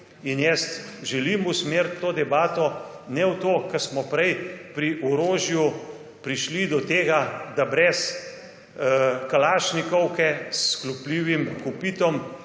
in jaz želim usmeriti to debato ne v to, kar smo prej pri orožju prišli do tega, da brez kalašnikovke s sklopljivim kopitom